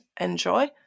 enjoy